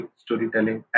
storytelling